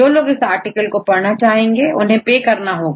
जो लोग इस आर्टिकल को पढ़ना चाहेंगे उन्हें पे करना होगा